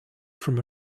from